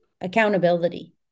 accountability